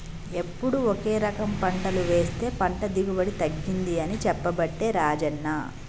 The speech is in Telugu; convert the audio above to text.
ఎప్పుడు ఒకే రకం పంటలు వేస్తె పంట దిగుబడి తగ్గింది అని చెప్పబట్టే రాజన్న